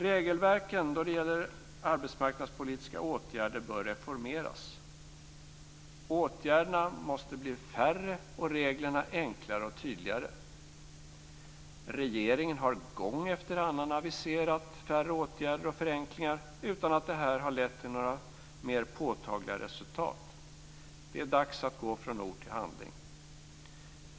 Regelverken då det gäller arbetsmarknadspolitiska åtgärder bör reformeras. Åtgärderna måste bli färre och reglerna enklare och tydligare. Regeringen har gång efter annan aviserat färre åtgärder och förenklingar utan att det har lett till några mer påtagliga resultat. Det är dags att gå från ord till handling.